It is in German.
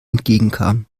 entgegenkam